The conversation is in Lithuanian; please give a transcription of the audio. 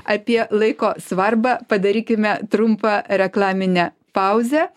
apie laiko svarbą padarykime trumpą reklaminę pauzę